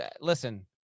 Listen